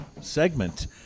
segment